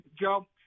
Joe